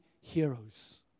heroes